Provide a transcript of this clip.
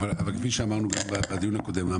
אבל כפי שאמרנו בדיון הקודם,